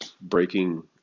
breaking